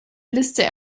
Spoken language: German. liste